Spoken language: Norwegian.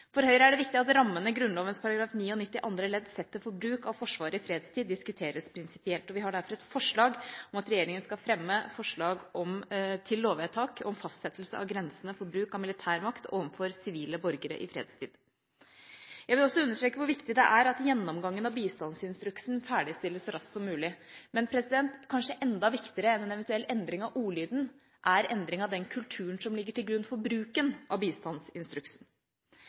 For Høyre er det viktig at rammene Grunnloven § 99 andre ledd setter for bruk av Forsvaret i fredstid, diskuteres prinsipielt. Vi har derfor et forslag om at regjeringa skal fremme forslag til lovvedtak om fastsettelse av grensene for bruk av militær makt overfor sivile borgere i fredstid. Jeg vil også understreke hvor viktig det er at gjennomgangen av bistandsinstruksen ferdigstilles så raskt som mulig. Men kanskje enda viktigere enn en eventuell endring av ordlyden er endring av den kulturen som ligger til grunn for bruken av bistandsinstruksen.